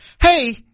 hey